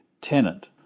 tenant